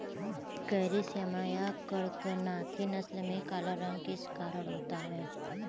Carry श्यामा या कड़कनाथी नस्ल में काला रंग किस कारण होता है?